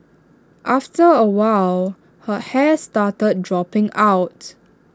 after A while her hair started dropping out